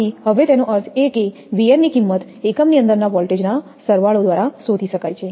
તેથી હવે તેનો અર્થ એ કે 𝑉𝑛 ની કિંમત એકમની અંદરના વોલ્ટેજના સરવાળો દ્વારા શોધી શકાય છે